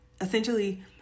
essentially